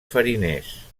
fariners